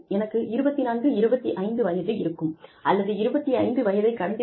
எனக்கு 24 25 வயது இருக்கும் அல்லது 25 வயதை கடந்திருக்கும்